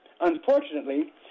unfortunately